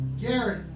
gary